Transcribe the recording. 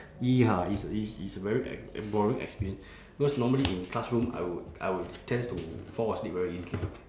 ya it's it's it's very e~ boring experience cause normally in classrooms I would I would tends to fall asleep very easily